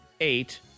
eight